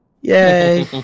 Yay